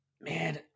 Man